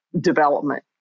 development